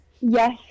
Yes